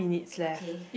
okay